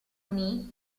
unì